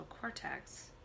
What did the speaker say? cortex